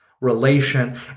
relation